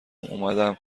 اومدم